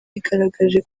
yigaragaje